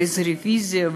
ואיזו רוויזיה?